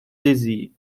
dizzy